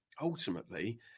ultimately